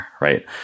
right